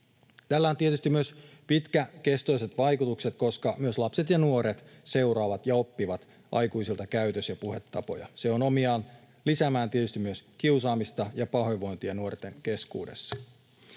Tällä on tietysti myös pitkäkestoiset vaikutukset, koska myös lapset ja nuoret seuraavat ja oppivat aikuisilta käytös‑ ja puhetapoja. Se on omiaan lisäämään tietysti myös kiusaamista ja pahoinvointia nuorten keskuudessa.